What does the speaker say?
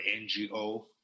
NGO